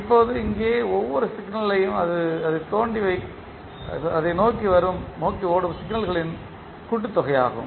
இப்போது இங்கே ஒவ்வொரு சிக்னல்யும் அதை நோக்கி ஓடும் சிக்னல்களின் கூட்டுத்தொகையாகும்